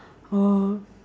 or